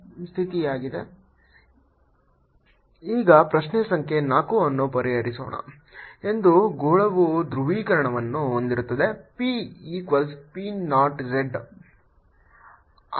Ez1Ez2 ಈಗ ಪ್ರಶ್ನೆ ಸಂಖ್ಯೆ 4 ಅನ್ನು ಪರಿಹರಿಸೋಣ ಒಂದು ಗೋಳವು ಧ್ರುವೀಕರಣವನ್ನು ಹೊಂದಿರುತ್ತದೆ p equals p naught z